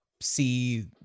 see